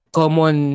common